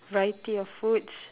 variety of foods